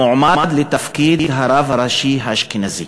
מועמד לתפקיד הרב הראשי הספרדי.